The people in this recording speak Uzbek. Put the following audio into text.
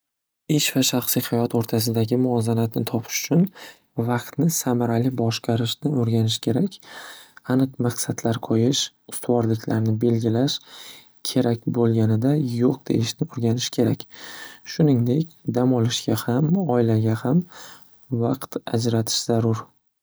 Ish va shaxsiy hayot o'rtasidagi muvozanatni topish uchun vaqtni samarali boshqarishni o'rganish kerak. Aniq maqsadlar qo'yish, ustuvorliklarni belgilash kerak bo'lganida yo'q deyishni o'rganish kerak. Shuningdek dam olishga ham, oilaga ham vaqt ajratish zarur.